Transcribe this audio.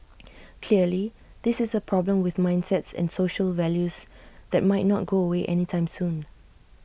clearly this is A problem with mindsets and social values that might not go away anytime soon